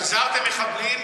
החזרתם מחבלים?